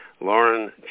Lauren